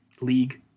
league